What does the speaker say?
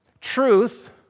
truth